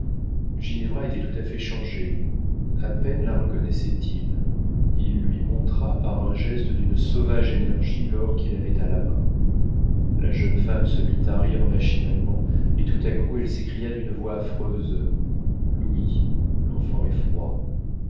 ginevra était tout à fait changée à peine la reconnaissait il il lui montra par un geste d'une sauvage énergie l'or qu'il avait à la main la jeune femme se mit à rire machinalement et tout à coup elle s'écria d'une voix affreuse louis l'enfant est froid